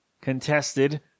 contested